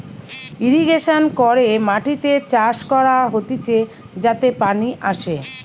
irrigation করে মাটিতে চাষ করা হতিছে যাতে পানি আসে